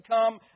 come